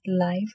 life